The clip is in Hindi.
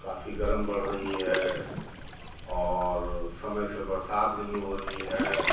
काफ़ी गरम बढ़ रही है और समय से बरसात नहीं हो रही है